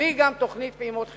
תביא גם תוכנית פעימות חברתיות.